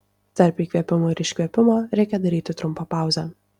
tarp įkvėpimo ir iškvėpimo reikia daryti trumpą pauzę